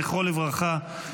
זכרו לברכה,